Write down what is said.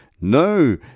No